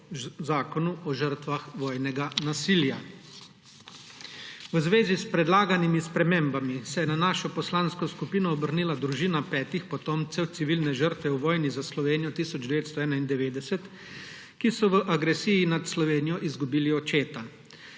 Zakonu o žrtvah vojnega nasilja. V zvezi s predlaganimi spremembami se je na našo poslansko skupino obrnila družina petih potomcev civilne žrtve v vojni za Slovenijo 1991, ki so v agresiji nad Slovenijo izgubili očeta.